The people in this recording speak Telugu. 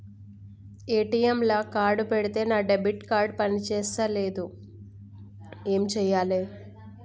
ఏ.టి.ఎమ్ లా కార్డ్ పెడితే నా డెబిట్ కార్డ్ పని చేస్తలేదు ఏం చేయాలే?